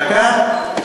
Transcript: דקה.